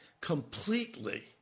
completely